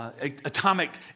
atomic